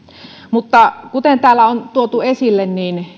mutta kuten täällä on tuotu esille